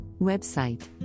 Website